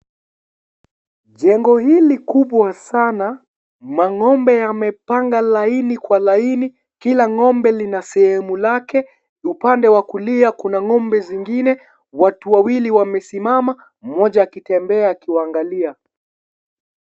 Jengo hili kubwa sana. Mangombe yamepangwa laini kwa laini. Kila ngombe lina sehemu lake. Upande wa kulia kuna ngombe zingine. Watu wawili wamesimama mmoja akitembea akiwaangalia.